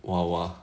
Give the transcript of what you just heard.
!wah! !wah!